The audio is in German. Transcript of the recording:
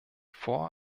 vor